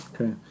Okay